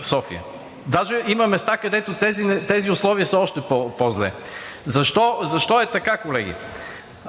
София. Даже има места, където тези условия са още по-зле. Защо е така, колеги?